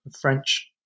French